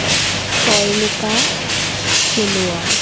Chayanika Sonowal